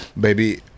baby